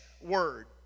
word